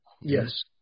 Yes